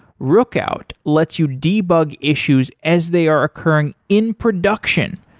rookout lets you debug issues as they are occurring in production.